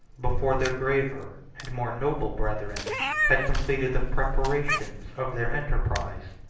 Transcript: before their graver and more noble brethren had completed the preparations of their enterprise.